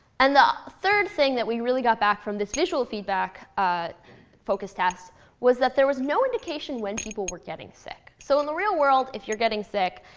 and the third thing that we really got back from this visual feedback focus test was that there was no indication when people were getting sick. so in the real world, if you're getting sick,